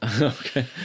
Okay